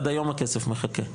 עד היום הכסף מחכה,